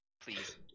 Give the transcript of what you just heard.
Please